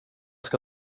ska